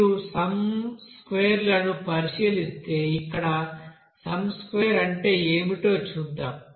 మీరు సమ్ స్క్వేర్లను పరిశీలిస్తే ఇక్కడ సమ్ స్క్వేర్ అంటే ఏమిటో చూద్దాం